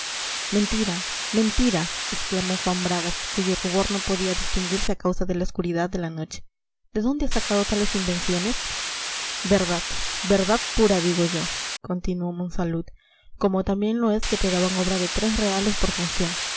mentira mentira exclamó juan bragas cuyo rubor no podía distinguirse a causa de la oscuridad de la noche de dónde has sacado tales invenciones verdad verdad pura digo yo continuó monsalud como también lo es que te daban obra de tres reales por función